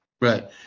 Right